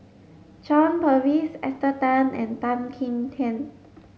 John Purvis Esther Tan and Tan Kim Tian